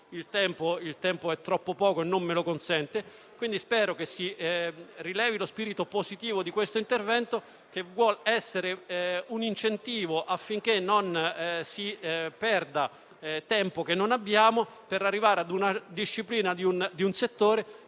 il tempo è troppo poco e non me lo consente. Spero che si rilevi lo spirito positivo di questo intervento, che vuol essere un incentivo affinché non si perda il tempo che non abbiamo per arrivare alla disciplina di un settore